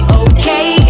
okay